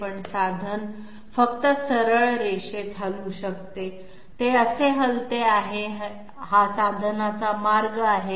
पण साधन फक्त सरळ रेषेत हलू शकते ते असे हलते आहे हा साधनाचा मार्ग आहे